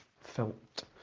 felt